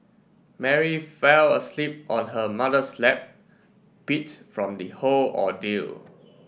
Mary fell asleep on her mother's lap beats from the whole ordeal